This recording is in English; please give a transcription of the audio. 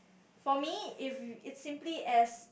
for me if is simply as